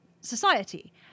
society